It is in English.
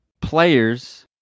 players